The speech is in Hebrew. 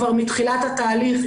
כבר מתחילת התהליך,